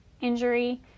injury